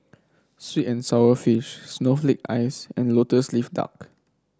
sweet and sour fish Snowflake Ice and lotus leaf duck